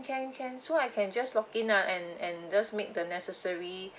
can can so I can just log in ah and and just make the necessary